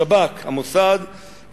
השב"כ, המוסד,